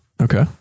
Okay